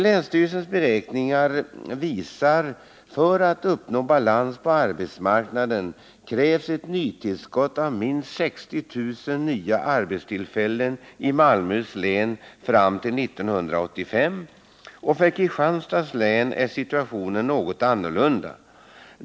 Länsstyrelsens beräkningar visar att det för att uppnå balans på arbetsmarknaden krävs ett nytillskott av minst 60 000 nya arbetstillfällen i Malmöhus län fram till 1985. För Kristianstads län är situationen något annorlunda.